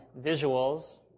visuals